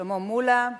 שלמה מולה,